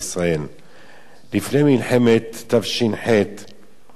לפני מלחמת תש"ח קיוו בוותיקן